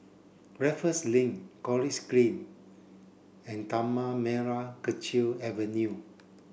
Raffles Link College Green and Tanah Merah Kechil Avenue